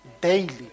daily